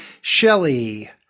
Shelley